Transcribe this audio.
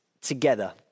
together